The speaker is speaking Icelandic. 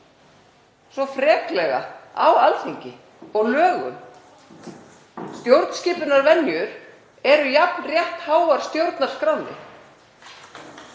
svo freklega á Alþingi og lögum. Stjórnskipunarvenjur eru jafn réttháar stjórnarskránni.